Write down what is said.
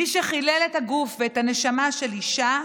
מי שחילל את הגוף ואת הנשמה של אישה,